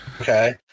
Okay